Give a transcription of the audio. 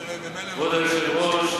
כבוד היושב-ראש,